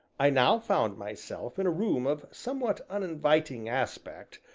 i now found myself in a room of somewhat uninviting aspect,